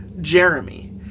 Jeremy